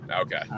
Okay